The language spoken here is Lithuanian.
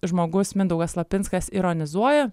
žmogus mindaugas lapinskas ironizuoja